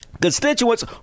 constituents